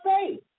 faith